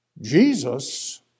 Jesus